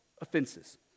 offenses